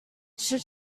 should